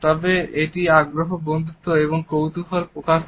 তবে এটি আগ্রহ বন্ধুত্ব এবং কৌতুহল প্রকাশ করে